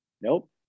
Nope